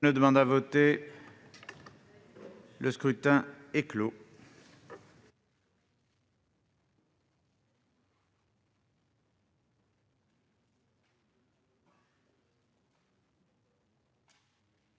Le scrutin est clos.